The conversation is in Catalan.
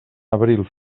abril